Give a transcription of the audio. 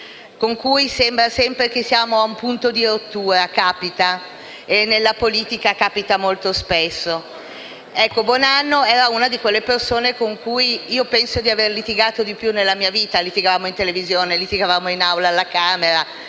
con cui sembra sempre che siamo ad un punto di rottura. Capita, e nella politica capita molto spesso. Buonanno era una di quelle persone con cui penso di aver litigato di più nella mia vita: litigavamo in televisione, litigavamo in Aula alla Camera,